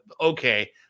okay